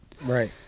Right